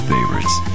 Favorites